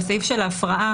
בסעיף של ההפרעה,